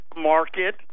market